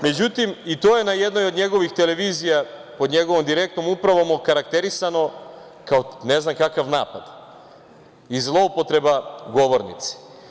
Međutim, i to je na jednoj od njegovih televizija pod njegovom direktnom upravom okarakterisano kao ne znam kakav napad i zloupotreba govornice.